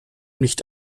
nicht